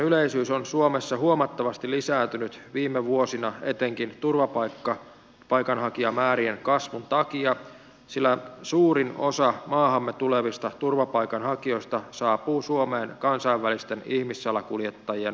ihmiskauppailmiö on suomessa huomattavasti lisääntynyt viime vuosina etenkin turvapaikanhakijamäärien kasvun takia sillä suurin osa maahamme tulevista turvapaikanhakijoista saapuu suomeen kansainvälisten ihmissalakuljettajien myötävaikutuksella